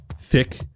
thick